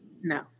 No